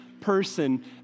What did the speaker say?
person